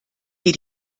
dir